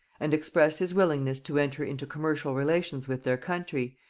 and expressed his willingness to enter into commercial relations with their country,